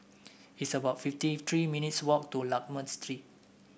it's about fifty three minutes' walk to Lakme Street